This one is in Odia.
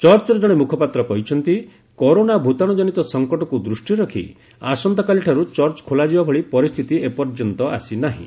ଚର୍ଚ୍ଚର ଜଣେ ମୁଖପାତ୍ର କହିଛନ୍ତି କରୋନା ଭୂତାଣୁ ଜନିତ ସଂକଟକୁ ଦୃଷ୍ଟିରେ ରଖି ଆସନ୍ତାକାଲିଠାରୁ ଚର୍ଚ୍ଚ ଖୋଲାଯିବା ଭଳି ପରିସ୍ଥିତି ଏପର୍ଯ୍ୟନ୍ତ ଆସିନାହିଁ